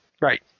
Right